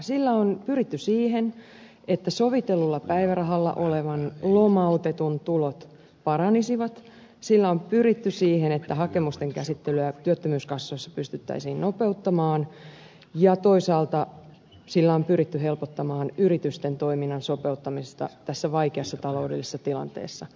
sillä on pyritty siihen että sovitellulla päivärahalla olevan lomautetun tulot paranisivat sillä on pyritty siihen että hakemusten käsittelyä työttömyyskassoissa pystyttäisiin nopeuttamaan ja toisaalta sillä on pyritty helpottamaan yritysten toiminnan sopeuttamista tässä vaikeassa taloudellisessa tilanteessa